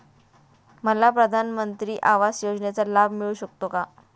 मला प्रधानमंत्री आवास योजनेचा लाभ मिळू शकतो का?